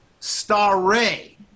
Starray